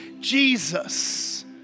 Jesus